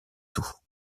tout